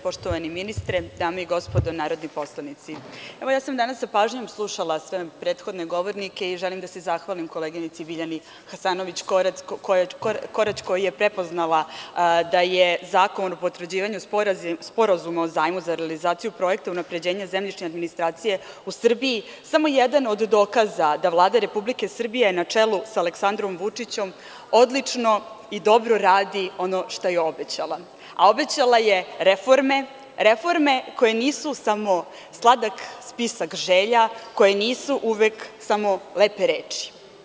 Poštovani ministre, dame i gospodo narodni poslanici, ja sam danas sa pažnjom slušala sve prethodne govornike i želim da se zahvalim koleginici Biljani Hasanović Korać koja je prepoznala da je zakon o potvrđivanju sporazuma o zajmu za realizaciju projekta unapređenja zemljišne administracije u Srbiji, samo jedan od dokaza da Vlada Republike Srbije na čelu sa Aleksandrom Vučićem odlično i dobro radi ono što je obećala, a obećala je reforme koje nisu samo sladak spisak želja, koje nisu uvek samo lepe reči.